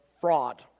fraud